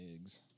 eggs